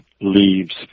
leaves